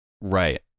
right